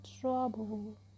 trouble